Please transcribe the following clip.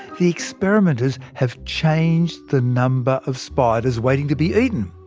the experimenters have changed the number of spiders waiting to be eaten.